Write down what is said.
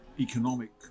economic